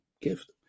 gift